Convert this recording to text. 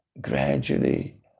gradually